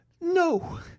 no